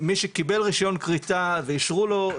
מי שקיבל רישיון כריתה ואישרו לו,